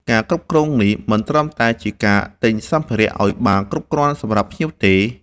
ការគ្រប់គ្រងនេះមិនត្រឹមតែជាការទិញសំភារៈឲ្យបានគ្រប់គ្រាន់សម្រាប់ភ្ញៀវទេ